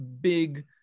big